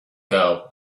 girl